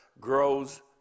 grows